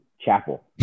chapel